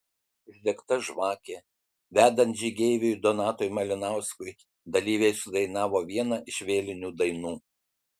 uždegta žvakė vedant žygeiviui donatui malinauskui dalyviai sudainavo vieną iš vėlinių dainų